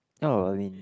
not really